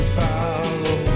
follow